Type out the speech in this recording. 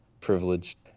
Privileged